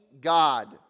God